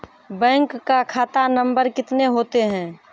Bank का खाता number कितने होते हैं?